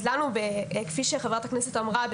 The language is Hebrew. כפי שחברת הכנסת אמרה,